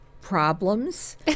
problems